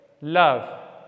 Love